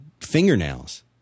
fingernails